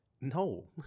No